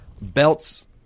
belts